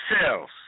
cells